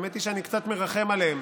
האמת היא שאני קצת מרחם עליהם